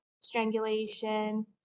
strangulation